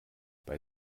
bei